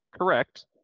correct